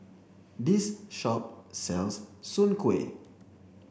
this shop sells Soon Kuih